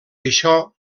això